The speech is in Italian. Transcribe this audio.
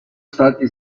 stati